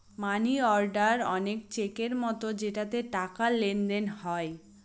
মানি order অনেক চেকের মতো যেটাতে টাকার লেনদেন হয়